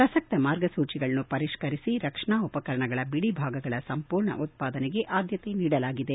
ಪ್ರಸಕ್ತ ಮಾರ್ಗಸೂಚಿಗಳನ್ನು ಪರಿಷ್ಠರಿಸಿ ರಕ್ಷಣಾ ಉಪಕರಣಗಳ ಬಿಡಿ ಭಾಗಗಳ ಸಂಪೂರ್ಣ ಉತ್ಪಾದನೆಗೆ ಆದ್ದತೆ ನೀಡಲಾಗಿದೆ